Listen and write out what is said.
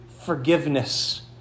forgiveness